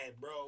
bro